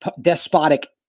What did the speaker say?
despotic